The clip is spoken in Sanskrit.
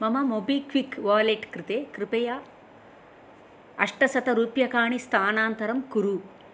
मम मोबिक्विक् वालेट् कृते कृपया अष्टशतरूप्यकाणि स्थानान्तरं कुरु